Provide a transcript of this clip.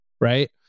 right